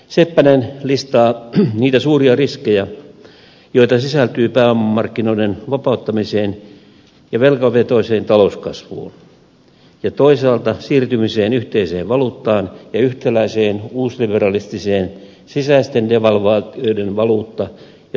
seppänen listaa niitä suuria riskejä joita sisältyy pääomamarkkinoiden vapauttamiseen ja velkavetoiseen talouskasvuun ja toisaalta siirtymiseen yhteiseen valuuttaan ja yhtäläiseen uusliberalistiseen sisäisten devalvaatioiden valuutta ja talouspolitiikkaan